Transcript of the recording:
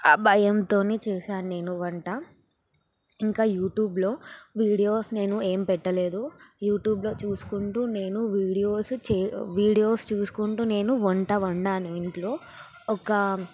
ఆ భయంతోనే చేసాను నేను వంట ఇంకా యూట్యూబ్లో వీడియోస్ నేను ఏం పెట్టలేదు యూట్యూబ్లో చూస్కుంటూ నేను వీడియోస్ వీడియోస్ చూసుకుంటూ నేను వంట వండాను ఇంట్లో ఒకా